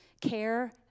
care